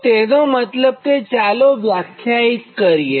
તો તેનો મતલબ કે ચાલો વ્યાખ્યાયિત કરીએ